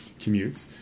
commutes